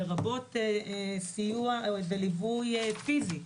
לרבות סיוע וליווי פיזי,